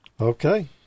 Okay